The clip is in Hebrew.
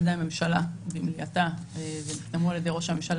ידי הממשלה ונחתמו על ידי ראש הממשלה.